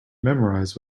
memorize